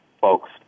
folks